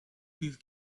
please